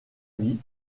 vie